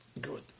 Good